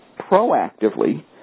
proactively